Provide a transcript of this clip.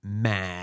mad